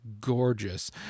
gorgeous